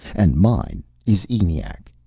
and mine is eniac.